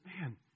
man